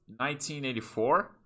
1984